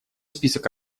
список